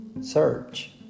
search